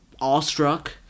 awestruck